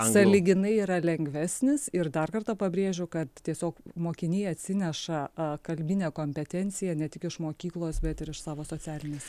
sąlyginai yra lengvesnis ir dar kartą pabrėžiu kad tiesiog mokiniai atsineša kalbinę kompetenciją ne tik iš mokyklos bet ir iš savo socialinės